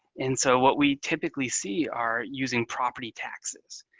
and so what we typically see are using property taxes,